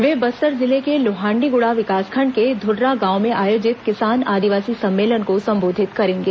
वे बस्तर जिले के लोहांडीगुड़ा विकासखंड के ध्रागांव में आयोजित किसान आदिवासी सम्मेलन को संबोधित करेंगे